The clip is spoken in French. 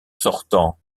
sortant